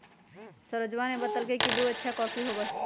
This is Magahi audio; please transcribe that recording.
सरोजवा ने बतल कई की ब्रू अच्छा कॉफी होबा हई